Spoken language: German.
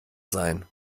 sein